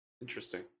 interesting